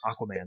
Aquaman